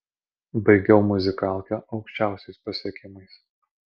baigiau muzikalkę aukščiausiais pasiekimais